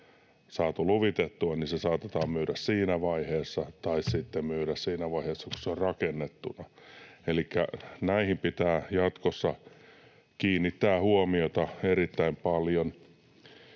saatetaan myydä siinä vaiheessa tai sitten myydä siinä vaiheessa, kun se on rakennettuna. Elikkä näihin pitää jatkossa kiinnittää huomiota erittäin paljon.